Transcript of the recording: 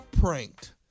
pranked